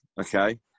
okay